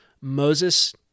Moses